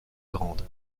grande